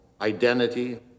identity